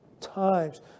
times